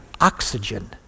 oxygen